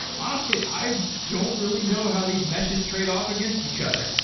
honestly, i don't really know how these meshes trade off against each other,